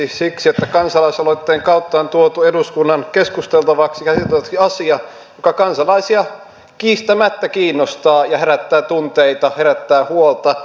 siksi että kansalaisaloitteen kautta on tuotu eduskunnan keskusteltavaksi ja käsiteltäväksi asia joka kansalaisia kiistämättä kiinnostaa ja herättää tunteita herättää huolta